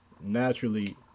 naturally